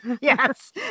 Yes